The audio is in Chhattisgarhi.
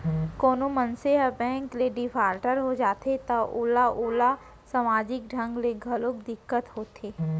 कोनो मनसे ह बेंक ले डिफाल्टर हो जाथे त ओला ओला समाजिक ढंग ले घलोक दिक्कत होथे